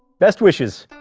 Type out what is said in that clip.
best wishes,